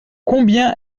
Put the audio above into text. combien